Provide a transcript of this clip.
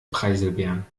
preiselbeeren